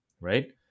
right